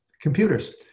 computers